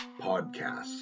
podcasts